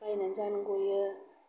बायनानै जानो गयो